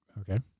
Okay